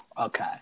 Okay